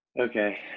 okay